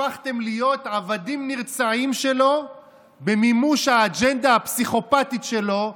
שהפכתם להיות עבדים נרצעים שלו במימוש האג'נדה הפסיכופתית שלו,